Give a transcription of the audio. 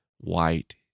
white